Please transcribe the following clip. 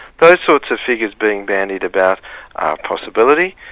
those sorts of figures being bandied about are a possibility,